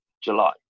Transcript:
July